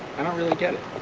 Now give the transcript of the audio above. i don't really get it.